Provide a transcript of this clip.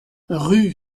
rue